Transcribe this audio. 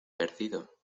perdido